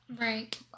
right